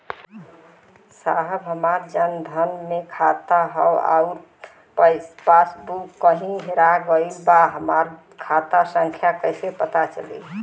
साहब हमार जन धन मे खाता ह अउर पास बुक कहीं हेरा गईल बा हमार खाता संख्या कईसे पता चली?